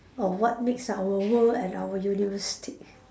of what makes our world and our universe stick